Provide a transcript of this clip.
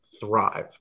thrive